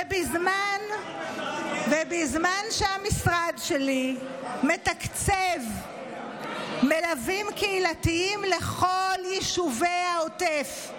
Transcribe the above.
ובזמן שהמשרד שלי מתקצב מלווים קהילתיים לכל יישובי העוטף,